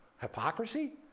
Hypocrisy